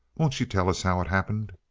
won't you tell us how it happened?